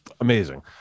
amazing